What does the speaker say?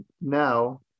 now